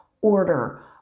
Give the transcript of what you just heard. order